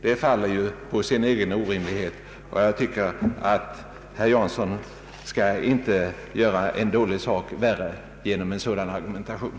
Det faller på sin egen orimlighet. Herr Jansson borde inte göra en dålig sak värre genom en sådan argumentation.